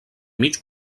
mig